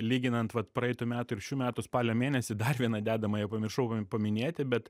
lyginant vat praeitų metų ir šių metų spalio mėnesį dar vieną dedamąją pamiršau paminėti bet